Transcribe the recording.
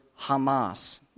Hamas